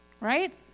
Right